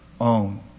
own